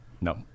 no